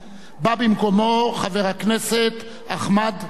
בא במקומו חבר הכנסת אחמד דבאח.